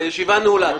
הישיבה נעולה.